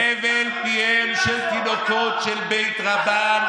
הבל פיהם של תינוקות של בית רבן,